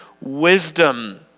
wisdom